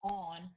on